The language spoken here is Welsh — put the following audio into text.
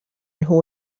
nhw